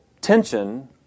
tension